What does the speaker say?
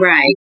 Right